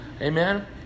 Amen